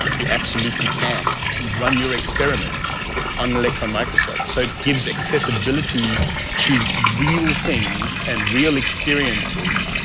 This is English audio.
you absolutely can run your experiments an electron microscope. so it gives accessibility to real things and real experiences.